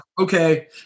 okay